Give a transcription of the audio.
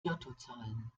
lottozahlen